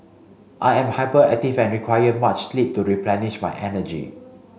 I am hyperactive and require much sleep to replenish my energy